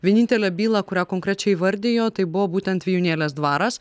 vienintelę bylą kurią konkrečiai įvardijo tai buvo būtent vijūnėlės dvaras